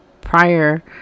prior